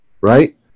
right